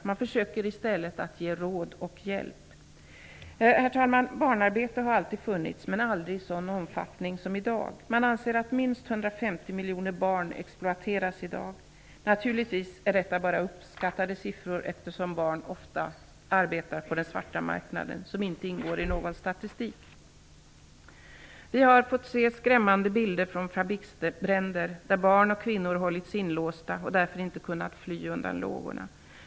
Man försöker i stället att ge råd och hjälp. Herr talman! Barnarbete har alltid funnits, men aldrig i sådan omfattning som i dag. Man anser att minst 150 miljoner barn exploateras i dag. Naturligtvis är detta bara uppskattade siffror, eftersom barn ofta arbetar på den svarta marknad som inte ingår i någon statistik. Vi har fått se skrämmande bilder från fabriksbränder där barn och kvinnor hållits inlåsta och därför inte kunnat fly undan lågorna.